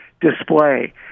display